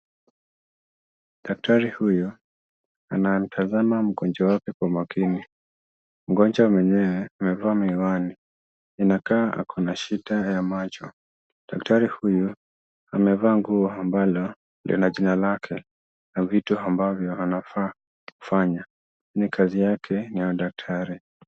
Daktari huyu anamtazama mgonjwa wake kwa makini. Mgonjwa mwenyewe amevaa miwani, inakaa ako na shida ya macho. Daktari huyu amevaa nguo ambalo lina jina lake. Na vitu ambavyo anafaa kufanya. Ni kazi yake na udaktari.